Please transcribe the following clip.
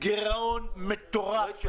גירעון מטורף.